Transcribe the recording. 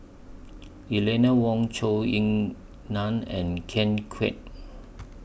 Eleanor Wong Zhou Ying NAN and Ken Kwek